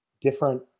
different